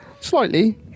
Slightly